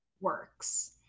works